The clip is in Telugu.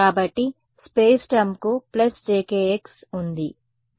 కాబట్టి స్పేస్ టర్మ్కు jkx ఉంది